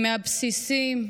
מהבסיסים,